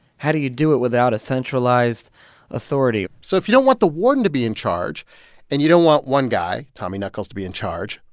how do you do it without a centralized authority? so if you don't want the warden to be in charge and you don't want one guy, tommy knuckles, to be in charge,